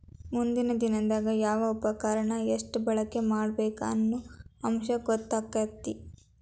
ಮುಂದಿನ ದಿನದಾಗ ಯಾವ ಉಪಕರಣಾನ ಎಷ್ಟ ಬಳಕೆ ಮಾಡಬೇಕ ಅನ್ನು ಅಂಶ ಗೊತ್ತಕ್ಕತಿ